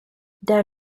der